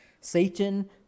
Satan